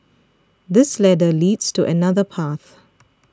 this ladder leads to another path